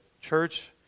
church